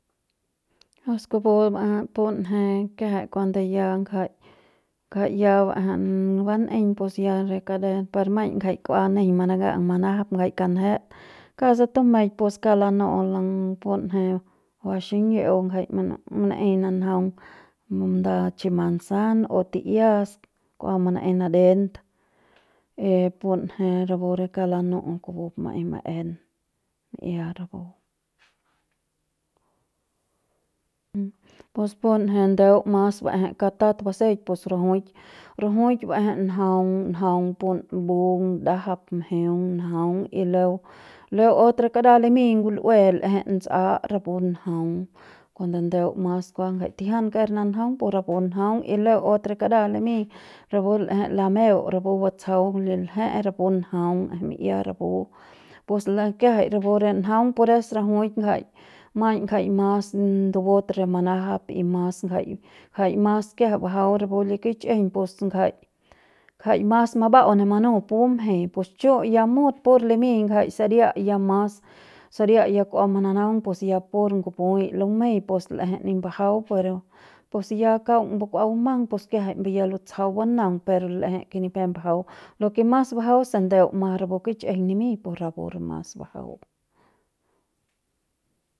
Pus kupu ba'eje punje kiajai cuando ya ngja ngja ya ba'eje ban'eiñ pus ya re kadet per maiñ ngjai kua nejeiñ manaka'ang manajap ngjai kanje kauk se tumeik pus kauk lanu'u punje ba xiñi'u ngjai manaei nanjaung nda chi manzana o ti'ias kua manaei naden y punje rapu re kauk lanu'u kupu pu maei maen mi'ia rapu pus punje ndeu mas ba'ejei katat baseik pus rajuik, rajuik ba'eje njaung njaung pun mbung ndajap mjeung njaung y luego luego otro kara limiñ ngul'ue l'eje nts'a rapu njaung lem njaung cuando ndeu mas kuajai tijian ker nanjaung pu rapu njaung y luego otro kara se limiñ rapu l'eje lameu y rapu batsjau l'eje rapu njaung l'eje mi'ia rapu pus le kiajai rapu re njaung pures rajuik ngjai maiñ ngjai mas ndubut re manajap y mas ngjai ngjai kiajai bajau rapu li kichjiñ pus ngjai ngjai mas maba'au manup bumjei pus chu' ya mut pur limiñ ngjai saria ya mas saria ya kua mananaung pus ya pur ngup'ui lumei pus l'eje ni mbajau pero pus ya kauk kua bumang pues kiajai mbe ya kua lutsjau banaung per l'ejei ke ni pep mbajau lo kes mas bajau es se ndeu mas rapu kich'ijiñ nimiñ pus rapu mas bajau.